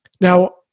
Now